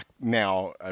now